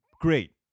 Great